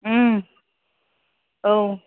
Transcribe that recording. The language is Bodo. औ